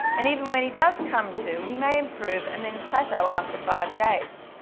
and even when he does come to, he may improve and then plateau after five days,